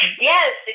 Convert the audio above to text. Yes